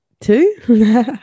Two